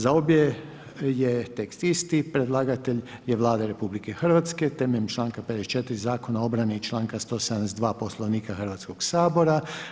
Za obje je tekst isti, predlagatelj je Vlada RH temeljem članka 54 Zakona o obrani i članka 172 Poslovnika Hrvatskog sabora.